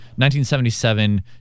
1977